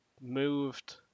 moved